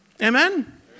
amen